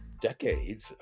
Decades